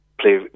play